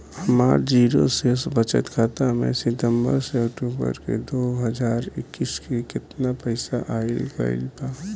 हमार जीरो शेष बचत खाता में सितंबर से अक्तूबर में दो हज़ार इक्कीस में केतना पइसा आइल गइल बा?